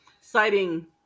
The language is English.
Citing